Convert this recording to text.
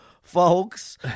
Folks